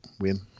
win